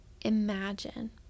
imagine